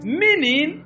meaning